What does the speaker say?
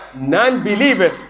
non-believers